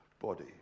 body